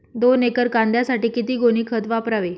दोन एकर कांद्यासाठी किती गोणी खत वापरावे?